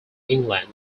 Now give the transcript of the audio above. england